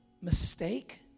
mistake